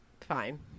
fine